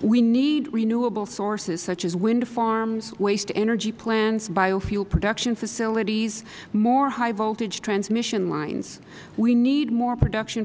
we need renewable sources such as wind farms waste energy plants biofuel production facilities more high voltage transmission lines we need more production